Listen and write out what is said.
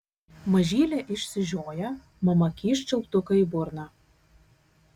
mažylė išsižioja mama kyšt čiulptuką į burną